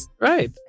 Right